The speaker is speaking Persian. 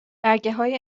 برگههای